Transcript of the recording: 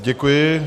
Děkuji.